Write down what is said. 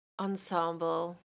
ensemble